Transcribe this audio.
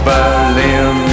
Berlin